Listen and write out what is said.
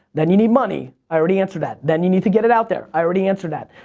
then you need money. i already answered that. then you need to get it out there. i already answered that.